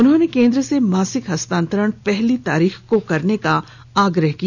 उन्होंने केंद्र से मासिक हस्तांतरण पहली तारीख को करने का आग्रह किया